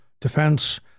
defense